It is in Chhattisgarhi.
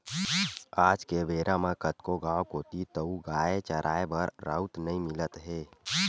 आज के बेरा म कतको गाँव कोती तोउगाय चराए बर राउत नइ मिलत हे